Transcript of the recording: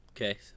Okay